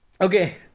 Okay